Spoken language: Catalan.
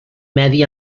medi